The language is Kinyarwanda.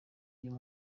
uyu